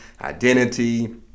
identity